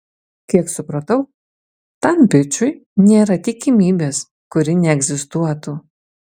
kiek supratau tam bičui nėra tikimybės kuri neegzistuotų